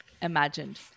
Imagined